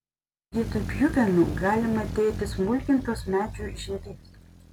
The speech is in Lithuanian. vietoj pjuvenų galima dėti smulkintos medžių žievės